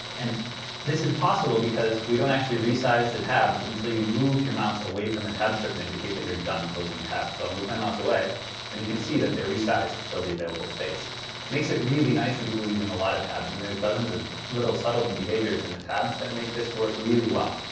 and this is possible because we don't actually resize the tabs until you move your mouse away from the tab strip and indicate that you're done closing tabs. so i'll move my mouse away and you can see that they're resized to fill the available space. it makes it really nice for people using a lot of tabs. and there's dozens of little subtle behaviors in the tabs that make this work really well.